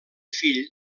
fill